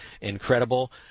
incredible